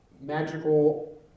magical